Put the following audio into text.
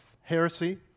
heresy